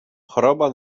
choroba